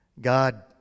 God